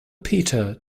peter